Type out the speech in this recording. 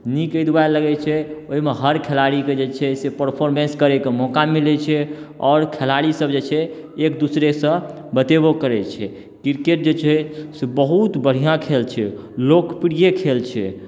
नीक एहि दुआरे लगैत छै ओहिमे हर खेलाड़ीके जे छै से परफॉर्मेन्स करै कऽ मौका मिलैत छै आओर खेलाड़ी सब जे छै एक दूसरेसँ बतयबो करैत छै क्रिकेट जे छै से बहुत बढ़िआँ खेल छै लोकप्रिय खेल छै